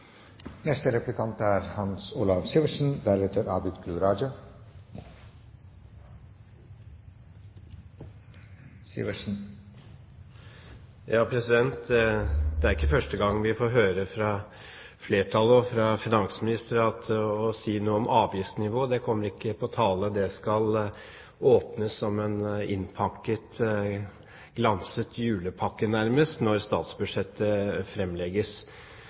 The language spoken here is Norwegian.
Det er ikke første gang vi får høre fra flertallet og fra finansministeren at å si noe om avgiftsnivået, det kommer ikke på tale. Det skal «åpnes» nærmest som en innpakket glanset julepakke når statsbudsjettet